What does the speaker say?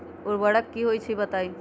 उर्वरक की होई छई बताई?